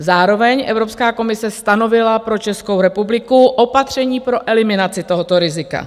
Zároveň Evropská komise stanovila pro Českou republiku opatření pro eliminaci tohoto rizika.